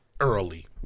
Early